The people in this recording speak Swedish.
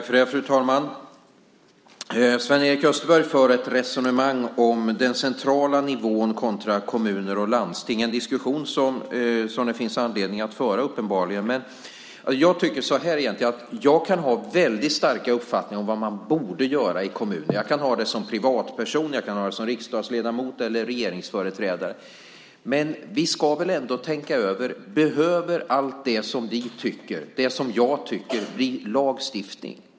Fru talman! Sven-Erik Österberg för ett resonemang om den centrala nivån kontra kommuner och landsting. Det är en diskussion som det finns anledning att föra uppenbarligen. Jag kan ha väldigt starka uppfattningar om vad man borde göra i en kommun. Jag kan ha det som privatperson, som riksdagsledamot eller som regeringsföreträdare. Men vi ska väl ändå tänka över: Behöver allt det som ni tycker och det som jag tycker bli lagstiftning?